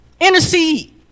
Intercede